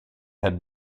had